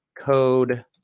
code